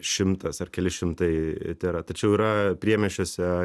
šimtas ar keli šimtai tėra tačiau yra priemiesčiuose